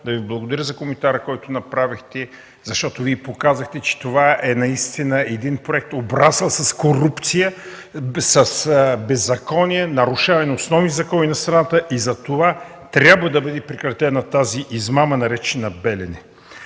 да Ви благодаря за коментара, който направихте, защото показахте, че това наистина е проект, обрасъл с корупция, с беззаконие, нарушаване на основни закони на страната. Затова трябва да бъде прекратена тази измама, наречена „Белене”.